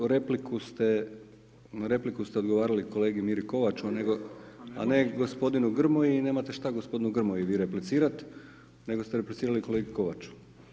Na repliku ste odgovarali kolegi Miri Kovaču a ne gospodinu Grmoji i nemate šta gospodinu Grmoji vi replicirati nego ste replicirali kolegi Kovaču.